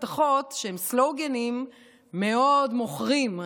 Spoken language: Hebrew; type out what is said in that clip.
הבטחות שהן סלוגנים מאוד מוכרים.